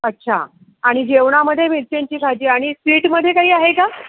अच्छा आणि जेवणामध्ये मिरच्यांची भाजी आणि स्वीटमध्ये काही आहे का